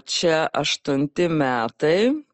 čia aštunti metai